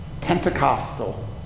Pentecostal